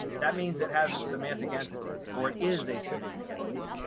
that means it has a semantic entity or it is a semantic entity.